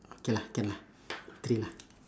okay lah can lah three lah